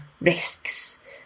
risks